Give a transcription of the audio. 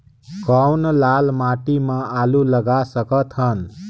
कौन लाल माटी म आलू लगा सकत हन?